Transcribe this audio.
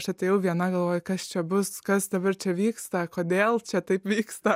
aš atėjau viena galvoju kas čia bus kas dabar čia vyksta kodėl čia taip vyksta